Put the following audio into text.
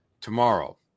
tomorrow